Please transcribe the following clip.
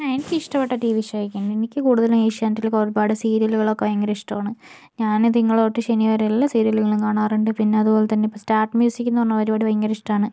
ആ എനിക്കിഷ്ടപ്പെട്ടത് T V ഷോയൊക്കെയാണ് എനിക്ക് കൂടുതലും ഏഷ്യാനെറ്റിലെ ഒരുപാട് സീരിയലൊക്കെ ഭയങ്കരിഷ്ടാണ് ഞാന് തിങ്കള് തൊട്ട് എല്ലാ ശനിവരെയും എല്ലാം സീരിയലുകൾ കാണാറുണ്ട് പിന്നെ അത്പോലെതന്നെ സ്റ്റാർട്ട് മ്യൂസിക് എന്ന പരിപാടി ഭയങ്കര ഇഷ്ടമാണ്